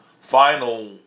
final